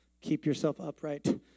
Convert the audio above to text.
keep-yourself-upright